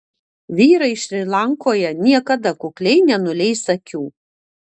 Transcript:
vyrai šri lankoje niekada kukliai nenuleis akių